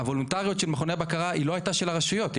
הוולונטריות של מכוני הבקרה היא לא הייתה של הרשויות,